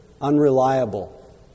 unreliable